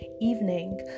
evening